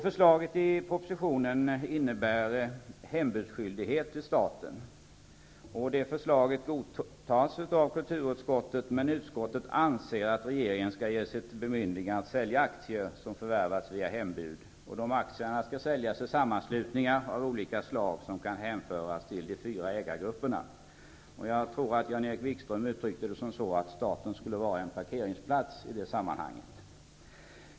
Förslaget i propositionen innebär hembudsskyldighet till staten. Det förslaget godtas av kulturutskottet, men utskottet anser att regeringen skall ge sitt bemyndigande att sälja aktier som förvärvats via hembud. Dessa aktier skall säljas till sammanslutningar av olika slag som kan hänföras till de fyra ägargrupperna. Jag tror att Jan-Erik Wikström uttryckte det som att staten skulle vara en parkeringsplats i det sammanhanget.